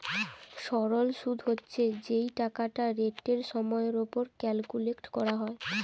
সরল শুদ হচ্ছে যেই টাকাটা রেটের সময়ের উপর ক্যালকুলেট করা হয়